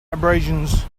abrasions